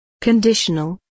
Conditional